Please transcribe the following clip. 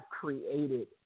created